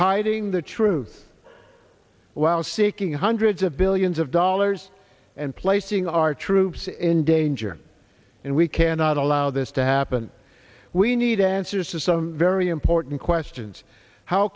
hiding the truth while seeking hundreds of billions of dollars and placing our troops in danger and we cannot allow this to happen we need answers to some very important questions how